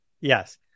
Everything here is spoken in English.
yes